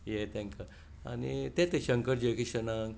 तेंच तें शंकर जयकिशनाक